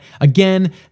Again